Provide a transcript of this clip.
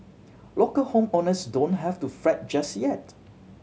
local home owners don't have to fret just yet